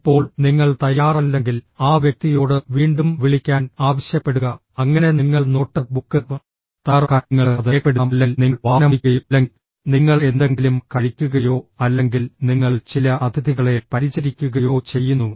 ഇപ്പോൾ നിങ്ങൾ തയ്യാറല്ലെങ്കിൽ ആ വ്യക്തിയോട് വീണ്ടും വിളിക്കാൻ ആവശ്യപ്പെടുക അങ്ങനെ നിങ്ങൾ നോട്ട് ബുക്ക് തയ്യാറാക്കാൻ നിങ്ങൾക്ക് അത് രേഖപ്പെടുത്താം അല്ലെങ്കിൽ നിങ്ങൾ വാഹനമോടിക്കുകയോ അല്ലെങ്കിൽ നിങ്ങൾ എന്തെങ്കിലും കഴിക്കുകയോ അല്ലെങ്കിൽ നിങ്ങൾ ചില അതിഥികളെ പരിചരിക്കുകയോ ചെയ്യുന്നു